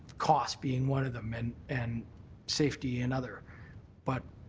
cost being one of them. and and safety another. but,